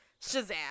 shazam